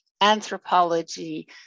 anthropology